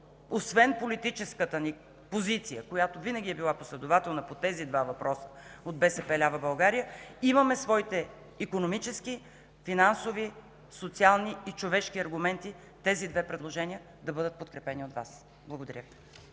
освен политическата ни позиция, която винаги е била последователна по тези два въпроса от БСП лява България, имаме своите икономически, финансови, социални и човешки аргументи тези две предложения да бъдат подкрепени от Вас. Благодаря.